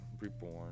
reborn